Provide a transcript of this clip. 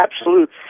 absolute